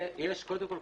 קודם כול,